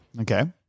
Okay